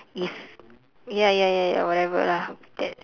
if ya ya ya ya whatever lah that's